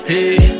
Hey